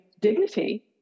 dignity